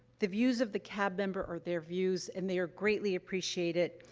the views of the cab member are their views and they are greatly appreciated,